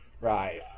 Right